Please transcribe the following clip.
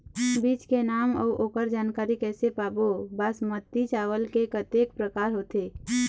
बीज के नाम अऊ ओकर जानकारी कैसे पाबो बासमती चावल के कतेक प्रकार होथे?